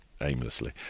aimlessly